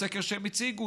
בסקר שהם הציגו,